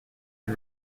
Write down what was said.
can